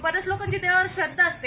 बऱ्याच लोकांची देवावर श्रध्दा असते